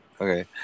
Okay